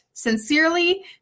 Sincerely